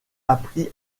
appris